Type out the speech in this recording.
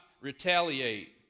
retaliate